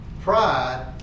Pride